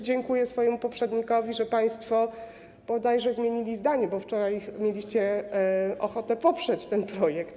Dziękuję swojemu poprzednikowi, że państwo bodajże zmienili zdanie, bo wczoraj mieliście ochotę poprzeć ten projekt.